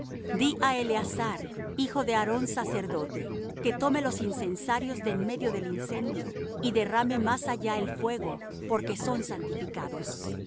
di á eleazar hijo de aarón sacerdote que tome los incensarios de en medio del incendio y derrame más allá el fuego porque son santificados los